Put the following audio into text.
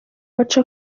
baca